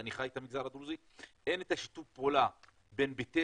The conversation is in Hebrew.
אני חי אותו - אין שיתוף הפעולה בין בתי